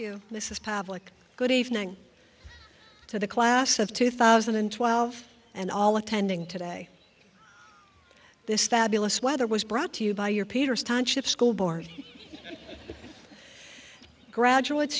mrs pavlik good evening to the class of two thousand and twelve and all attending today this fabulous weather was brought to you by your peters township school board graduate